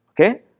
Okay